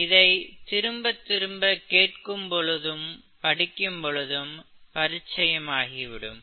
இதை திரும்பத் திரும்ப கேட்கும் பொழுதும் படிக்கும்பொழுது பரிச்சயம் ஆகிவிடும்